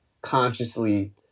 consciously